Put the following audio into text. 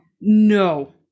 No